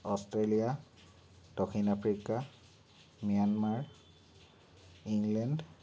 Australia দক্ষিণ Africa Myanmar England